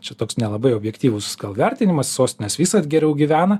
čia toks nelabai objektyvus vertinimas sostinės visad geriau gyvena